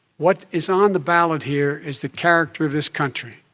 what is on the ballot here is the character of this country.